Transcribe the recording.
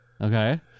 okay